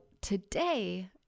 today